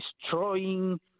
destroying